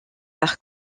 par